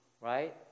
right